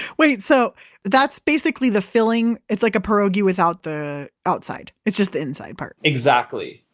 wait so that's basically the filling, it's like a pierogi without the outside. it's just the inside part exactly.